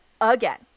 again